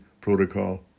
protocol